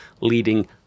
leading